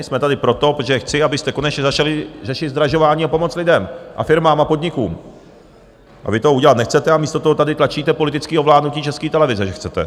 Jsme tady proto, protože chci, abyste konečně začali řešit zdražování a pomoc lidem a firmám a podnikům, a vy to udělat nechcete a místo toho tady tlačíte politické ovládnutí České televize, že chcete.